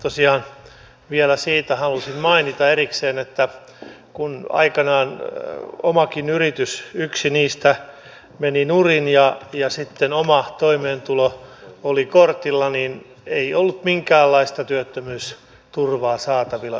tosiaan vielä siitä halusin mainita erikseen että kun aikanaan omakin yritys yksi niistä meni nurin ja sitten oma toimeentulo oli kortilla niin ei ollut minkäänlaista työttömyysturvaa saatavilla yhtään mistään